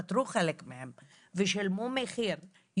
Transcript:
התפטרו חלק מהם ושילמו מחיר,